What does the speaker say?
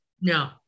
no